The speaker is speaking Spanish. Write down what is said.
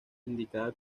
indicada